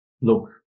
look